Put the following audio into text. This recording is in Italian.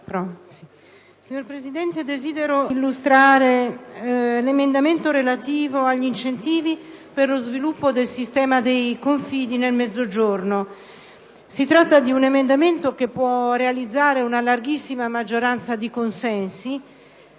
Signor Presidente, desidero illustrare la proposta emendativa relativa agli incentivi per lo sviluppo del sistema dei Confidi nel Mezzogiorno. Si tratta dell'emendamento 2.0.2 che può realizzare una larghissima maggioranza di consensi,